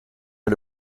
est